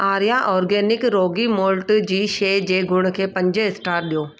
Arya organic ragi malt जी शइ जे गुण खे पंज स्टार ॾियो